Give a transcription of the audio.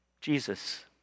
Jesus